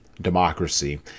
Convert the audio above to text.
democracy